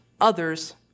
others